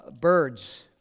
birds